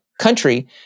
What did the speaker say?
country